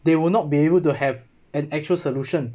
they will not be able to have an actual solution